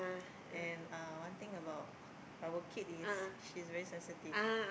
and uh one thing about our kid is she's very sensitive